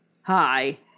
hi